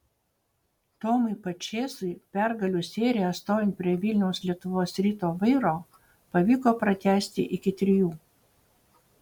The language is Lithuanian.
tomui pačėsui pergalių seriją stovint prie vilniaus lietuvos ryto vairo pavyko pratęsti iki trijų